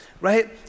right